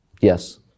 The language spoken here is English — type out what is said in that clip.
Yes